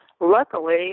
luckily